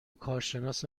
کارشناس